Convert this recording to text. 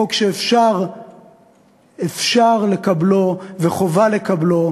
חוק שאפשר לקבלו וחובה לקבלו,